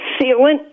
sealant